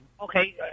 Okay